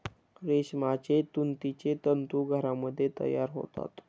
रेशमाचे तुतीचे तंतू घरामध्ये तयार होतात